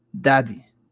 Daddy